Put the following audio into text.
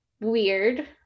weird